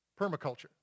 permaculture